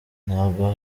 ntabwo